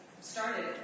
started